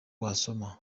wasoma